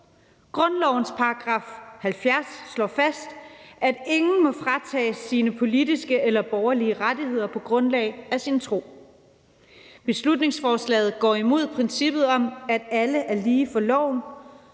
Grundlovens § 70 slår fast, at ingen må fratages sine politiske eller borgerlige rettigheder på grundlag af sin tro. Beslutningsforslaget går imod princippet om, at alle er lige for loven,